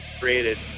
created